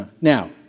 Now